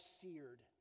seared